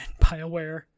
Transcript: bioware